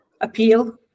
appeal